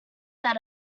that